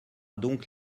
donc